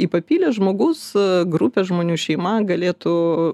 į papilę žmogus grupė žmonių šeima galėtų